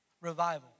Revival